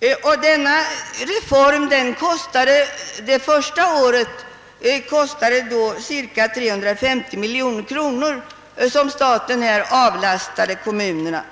Detta senare beslut kostade det första året staten cirka 350 miljoner kronor, med vilket belopp staten alltså avlastade kommunerna.